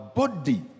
body